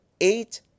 eight